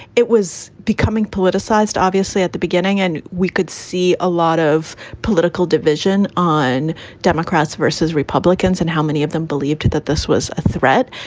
it was becoming politicized, obviously, at the beginning. and we could see a lot of political division on democrats versus republicans. and how many of them believed that this was a threat?